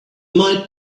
might